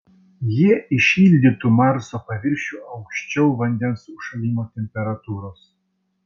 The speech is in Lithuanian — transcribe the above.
jie įšildytų marso paviršių aukščiau vandens užšalimo temperatūros